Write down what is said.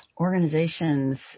organizations